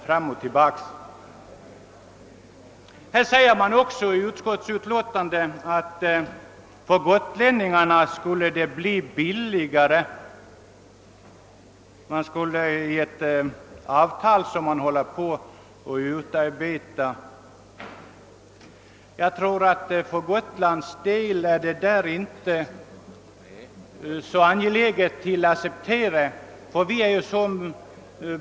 Utskottet skriver också att det för gotlänningarna skulle bli billigare enligt ett avtal som håller på att utarbetas. Avtalet som utskottsmajoriteten skrev om är icke godkänt av gotlänningarna.